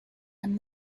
i’m